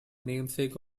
namesake